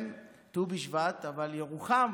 אבל ירוחם